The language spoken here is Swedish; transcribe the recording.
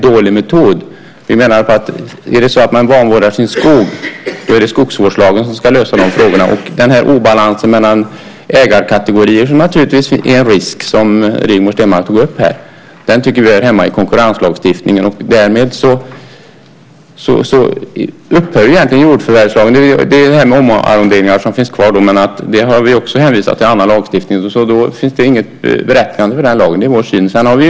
Vi menar att om man vanvårdar sin skog är det skogsvårdslagen som ska lösa problemet. Obalansen mellan ägarkategorier är naturligtvis en risk, som Rigmor Stenmark tog upp här. Den frågan tycker vi hör hemma i konkurrenslagstiftningen. Därmed upphör egentligen jordförvärvslagen. Det är detta med omarronderingar som finns kvar, men det har vi också hänvisat till annan lagstiftning. Därför finns det inget berättigande för den lagen. Det är vår syn.